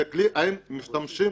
האם משתמשים